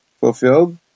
fulfilled